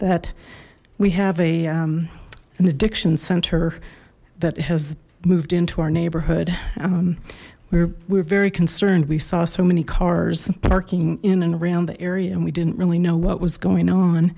that we have a an addiction center that has moved into our neighborhood where we're very concerned we saw so many cars parking in and around the area and we didn't really know what was going on